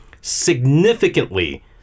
significantly